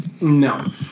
No